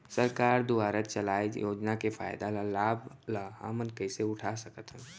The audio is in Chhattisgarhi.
सरकार दुवारा चलाये योजना के फायदा ल लाभ ल हमन कइसे उठा सकथन?